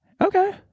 Okay